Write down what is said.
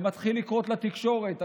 זה מתחיל לקרות בתקשורת,